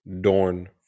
Dorn